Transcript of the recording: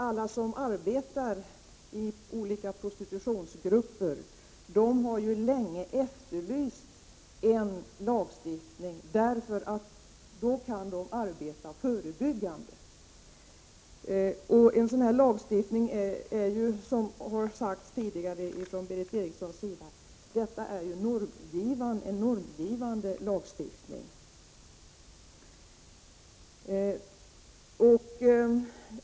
Alla som arbetar i olika prostitutionsgrupper har länge efterlyst en lag om kriminalisering av prostitutionskontakter. Med hjälp av en sådan kan de arbeta med förebyggande verksamhet. Det handlar, som Berith Eriksson tidigare har sagt, om en normgivande lagstiftning.